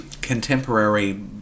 contemporary